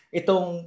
itong